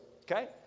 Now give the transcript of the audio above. Okay